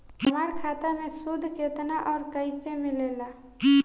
हमार खाता मे सूद केतना आउर कैसे मिलेला?